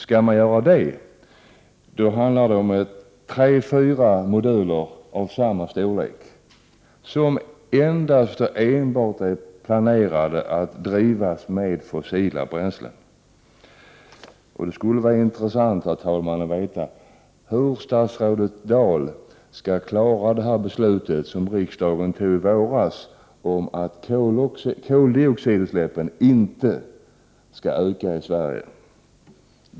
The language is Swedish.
Skall man göra det handlar det om ytterligare tre fyra moduler av samma storlek, som är planerade att drivas endast med fossila bränslen! Det skulle vara intressant, herr talman, att veta hur statsrådet Dahl skall klara det beslut som riksdagen fattade i våras om att koldioxidutsläppen i Sverige inte skall öka.